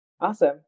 Awesome